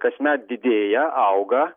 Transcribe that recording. kasmet didėja auga